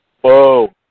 Whoa